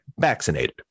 vaccinated